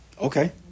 okay